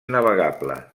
navegable